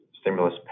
stimulus